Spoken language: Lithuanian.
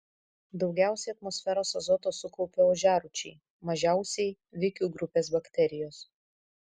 daugiausiai atmosferos azoto sukaupia ožiarūčiai mažiausiai vikių grupės bakterijos